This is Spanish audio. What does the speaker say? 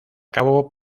cabo